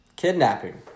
kidnapping